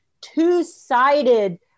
two-sided